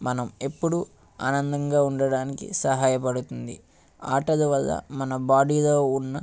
మనం ఎప్పుడు ఆనందంగా ఉండటానికి సహాయపడుతుంది ఆటలవల్ల మన బాడీలో ఉన్న